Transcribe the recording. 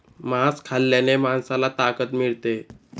मांस खाल्ल्याने माणसाला ताकद मिळते